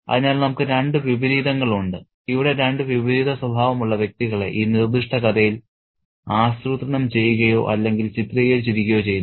അതിനാൽ നമുക്ക് രണ്ട് വിപരീതങ്ങൾ ഉണ്ട് ഇവിടെ രണ്ട് വിപരീതസ്വഭാവമുള്ള വ്യക്തികളെ ഈ നിർദ്ദിഷ്ട കഥയിൽ ആസൂത്രണം ചെയ്യുകയോ അല്ലെങ്കിൽ ചിത്രീകരിച്ചിരിക്കുകയോ ചെയ്യുന്നു